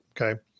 Okay